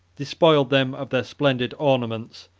despoiled them of their splendid ornaments,